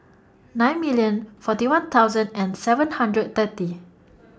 nine million forty one thousand and seven hundred thirty